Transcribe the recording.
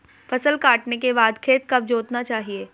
फसल काटने के बाद खेत कब जोतना चाहिये?